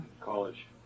college